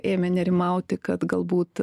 ėmė nerimauti kad galbūt